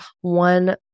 one